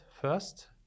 first